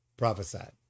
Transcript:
prophesied